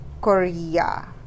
Korea